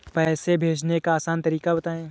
पैसे भेजने का आसान तरीका बताए?